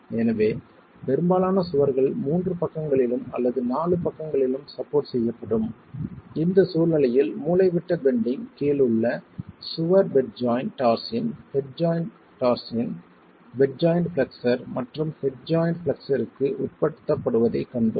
எனவே பெரும்பாலான சுவர்கள் 3 பக்கங்களிலும் அல்லது 4 பக்கங்களிலும் சப்போர்ட் செய்யப்படும் இந்த சூழ்நிலையில் மூலைவிட்ட பெண்டிங் கீழ் உள்ள சுவர் bed joint torsion head joint torsion bed joint flexure மற்றும் ஹெட் ஜாய்ண்ட் பிளெக்ஸ்ஸர்க்கு உட்படுத்தப்படுவதைக் கண்டோம்